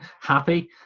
happy